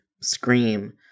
scream